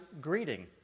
greeting